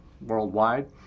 worldwide